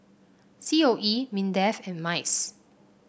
C O E Mindefand MICE